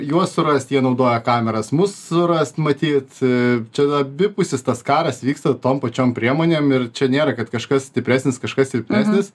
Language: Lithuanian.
juos surast jie naudoja kameras mus surast matyt a čia abipusis tas karas vyksta tom pačiom priemonėm ir čia nėra kad kažkas stipresnis kažkas silpnesnis